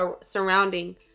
surrounding